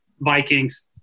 Vikings